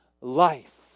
life